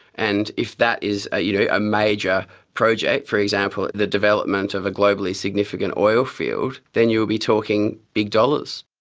and if that is ah you know a a major project, for example the development of a globally significant oil field, then you'll be talking big dollars.